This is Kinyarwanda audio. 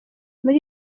muri